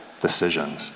decision